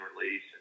release